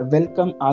Welcome